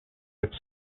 its